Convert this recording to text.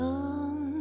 Sun